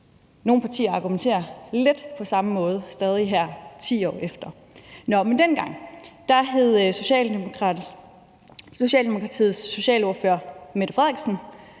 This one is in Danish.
Nogle partier argumenterer stadig lidt på samme måde her 10 år efter. Dengang hed Socialdemokratiets socialordfører Mette Frederiksen,